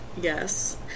Yes